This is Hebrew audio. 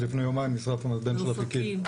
לפני יומיים נשרף המתבן של אפיקים.